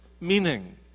meaning